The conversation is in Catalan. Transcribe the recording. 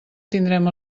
tindrem